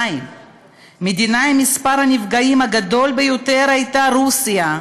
המדינה עם מספר הנפגעים הגדול ביותר הייתה רוסיה,